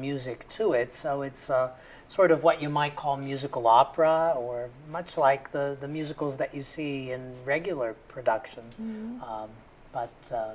music to it so it's a sort of what you might call musical opera or much like the musicals that you see in regular production